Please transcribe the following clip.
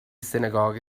synagogue